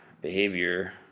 behavior